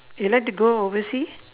you like to go oversea